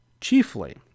Chiefly